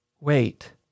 Wait